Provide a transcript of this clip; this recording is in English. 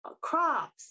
crops